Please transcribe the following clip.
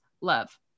love